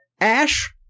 Ash